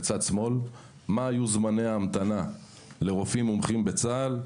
בצד שמאל רואים מה היו זמני ההמתנה לרופאים מומחים בצה"ל,